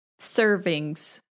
servings